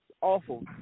awful